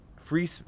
free